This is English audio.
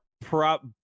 prop